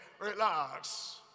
relax